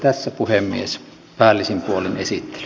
tässä puhemies päällisin puolin esittely